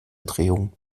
drehung